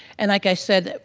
and, like i said,